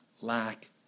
lack